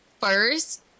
first